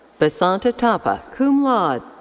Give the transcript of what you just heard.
basanta thapa, cum laude.